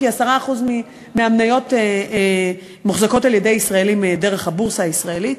כי 10% מהמניות מוחזקות על-ידי ישראלים דרך הבורסה הישראלית.